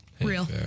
Real